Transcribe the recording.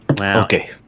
Okay